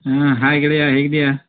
ಹಾಂ ಹಾಯ್ ಗೆಳೆಯ ಹೇಗಿದ್ದೀಯ